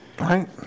Right